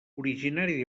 originari